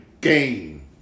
game